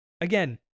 again